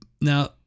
Now